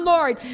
Lord